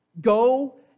Go